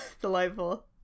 Delightful